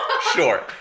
sure